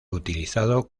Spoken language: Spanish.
utilizado